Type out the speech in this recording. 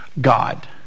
God